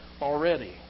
already